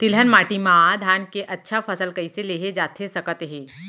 तिलहन माटी मा धान के अच्छा फसल कइसे लेहे जाथे सकत हे?